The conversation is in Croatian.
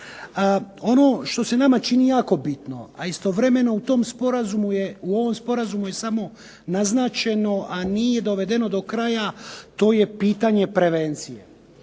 Ono što se nama čini jako bitno, a istovremeno u tom Sporazumu je samo naznačeno a nije dovedeno do kraja to je pitanje prevencije.